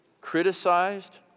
criticized